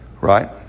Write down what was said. Right